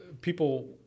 people